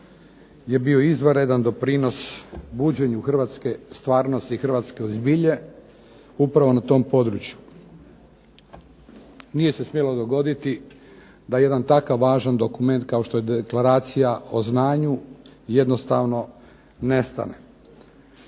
je bio izvanredan doprinos buđenju hrvatske stvarnosti i hrvatske zbilje upravo na tom području. Nije se smjelo dogoditi da jedan takav važan dokument kao što je Deklaracija o znanju jednostavno nestane.